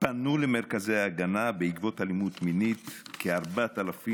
כ-4,000 פנו למרכזי ההגנה בעקבות אלימות מינית ישירות.